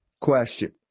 question